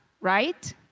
right